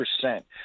percent